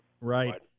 Right